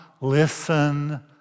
listen